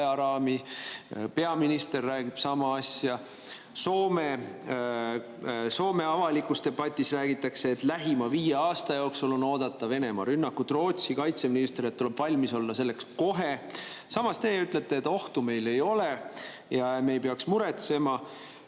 Peaminister räägib sama asja. Soome avalikus debatis räägitakse, et lähima viie aasta jooksul on oodata Venemaa rünnakut. Rootsi kaitseminister räägib, et selleks tuleb valmis olla kohe. Samas ütlete teie, et ohtu ei ole ja me ei peaks muretsema.